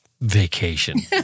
vacation